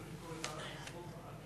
לא למכור את הארץ,